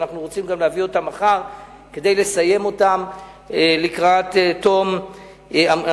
ואנחנו רוצים להביא אותם מחר כדי לסיים אותם לקראת תום המושב,